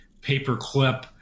paperclip